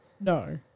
No